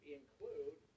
include